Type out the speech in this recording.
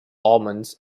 almonds